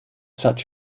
such